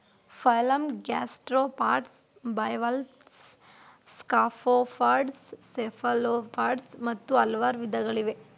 phylum gastropods bivalves scaphopods cephalopods ಮತ್ತು ಹಲ್ವಾರ್ ವಿದಗಳಯ್ತೆ